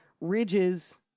ridges